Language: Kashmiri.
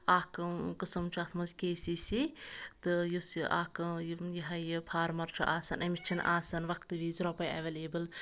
اکھ قٕسٕم چھُ اَتھ منٛز کے سی سی تہٕ یُس یہِ اکھ یہِ ہہَ یہِ فارمَر چھُ آسان أمِس چھ نہٕ آسان وقتہٕ وِز رۄپے ایویلیبٕل